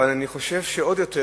אבל אני חושב שעוד יותר,